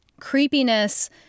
creepiness